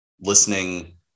Listening